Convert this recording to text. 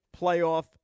playoff